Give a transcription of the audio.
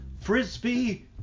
frisbee